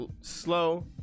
slow